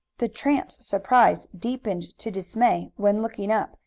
the tramp's surprise deepened to dismay when, looking up,